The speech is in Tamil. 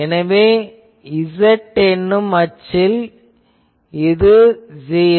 எனவே z அச்சில் இது '0'